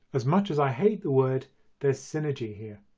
as much as i hate the word there's synergy here.